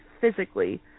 physically